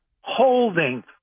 holding